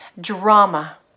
drama